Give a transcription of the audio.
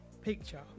picture